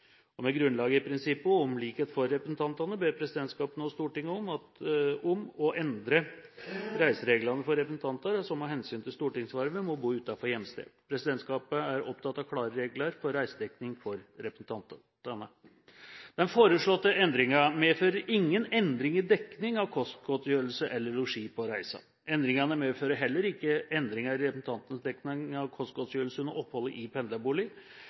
Med grunnlag i prinsippet om likhet for representantene ber presidentskapet nå Stortinget om å endre reisereglene for representanter som av hensyn til stortingsvervet må bo utenfor hjemstedet. Presidentskapet er opptatt av klare regler for reisedekning for representantene. Den foreslåtte endringen medfører ingen endring i dekning av kostgodtgjørelse eller losji på reisen. Endringen medfører heller ingen endring i representantenes dekning av kostgodtgjørelse under oppholdet i